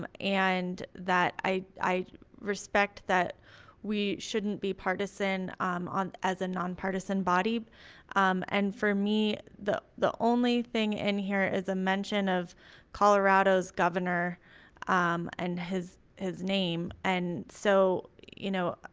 um and that i i respect that we shouldn't be partisan on as a nonpartisan body um and for me, the the only thing in here is a mention of colorado's governor um and his his name and so, you know,